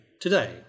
today